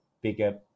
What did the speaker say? bigger